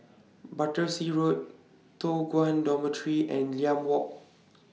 Battersea Road Toh Guan Dormitory and Limau Walk